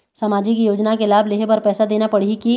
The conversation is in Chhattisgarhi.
सामाजिक योजना के लाभ लेहे बर पैसा देना पड़ही की?